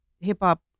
hip-hop